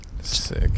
sick